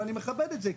ואני מכבד את זה,